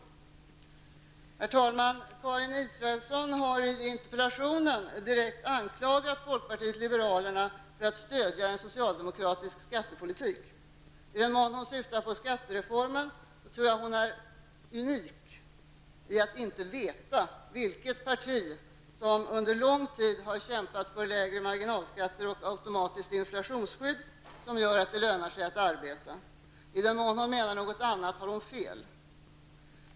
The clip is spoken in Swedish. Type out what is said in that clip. Herr talman! Karin Israelsson har i interpellationen direkt anklagat folkpartiet liberalerna för att stödja en socialdemokratisk skattepolitik. I den mån hon syftar på skattereformen tror jag att hon är unik om att inte känna till vilket parti som under lång tid har kämpat för lägre marginalskatter och automatiskt inflationsskydd, som gör att det lönar sig att arbeta. I den mån hon menar något annat har hon fel.